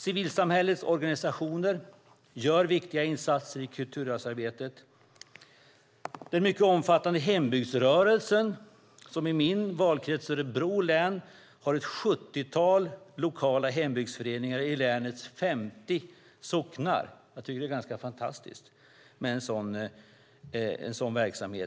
Civilsamhällets organisationer gör viktiga insatser i kulturarvsarbetet. Den mycket omfattande hembygdsrörelsen, som i min valkrets, Örebro län, har ett sjuttiotal lokala hembygdsföreningar i länets 50 socknar, är